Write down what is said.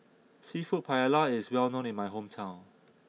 Seafood Paella is well known in my hometown